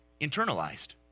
internalized